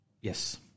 Yes